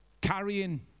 Carrying